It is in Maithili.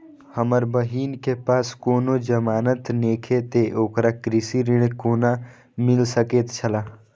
हमर बहिन के पास कोनो जमानत नेखे ते ओकरा कृषि ऋण कोना मिल सकेत छला?